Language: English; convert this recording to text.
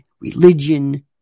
religion